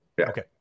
Okay